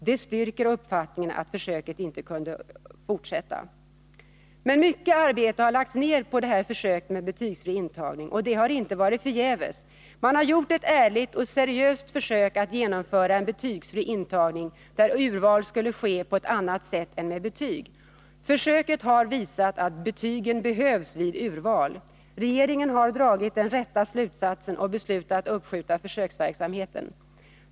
Det styrker uppfattningen att försöket inte kunde fortsätta. Mycket arbete har lagts ner på försöket med betygsfri intagning, och det har inte varit förgäves. Man har gjort ett ärligt och seriöst försök att genomföra en betygsfri intagning, där urval skulle ske på annat sätt än med betyg. Försöket har visat att betygen behövs vid urval. Regeringen har dragit den rätta slutsatsen och beslutat uppskjuta försöksverksamheten.